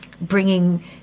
bringing